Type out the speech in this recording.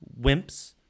wimps